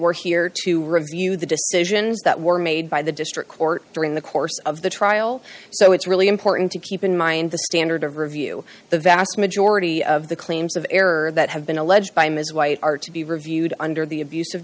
were here to review the decisions that were made by the district court during the course of the trial so it's really important to keep in mind the standard of review the vast majority of the claims of error that have been alleged by ms white are to be reviewed under the abus